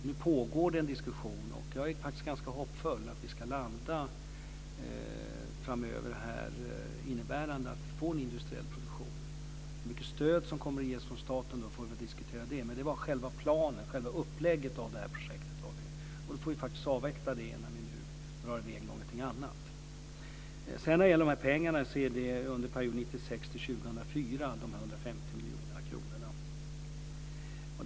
Nu pågår en diskussion, och jag är ganska hoppfull när det gäller att vi ska landa framöver så att det innebär att vi får en industriell produktion. Hur mycket stöd som kommer att ges från staten får vi diskutera, men själva planen och upplägget av projektet gällde det här. Därför får vi avvakta det innan vi nu drar i väg med någonting annat. Det är perioden 1996-2004 som de här 150 miljoner kronorna gäller.